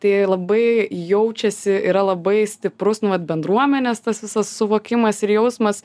tai labai jaučiasi yra labai stiprus nu vat bendruomenės tas visas suvokimas ir jausmas